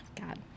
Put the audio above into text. God